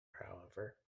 however